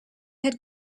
had